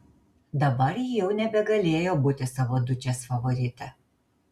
dabar ji jau nebegalėjo būti savo dučės favorite